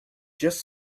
just